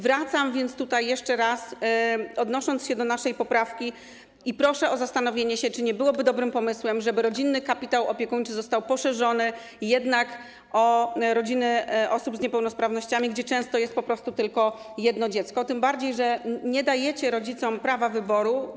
Wracam więc do tego jeszcze raz, odnosząc się do naszej poprawki, i proszę o zastanowienie się, czy nie byłoby dobrym pomysłem, żeby rodzinny kapitał opiekuńczy został poszerzony o rodziny osób z niepełnosprawnościami, gdzie często jest tylko jedno dziecko, tym bardziej że nie dajecie rodzicom prawa wyboru.